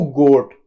goat